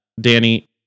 Danny